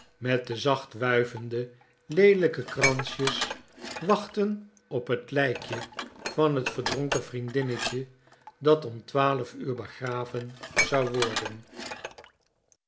met de zacht wuivende leelijke kransjes wachten op t lijkje van t verdronken vriendinnetje dat om twaalf uur begraven zou worden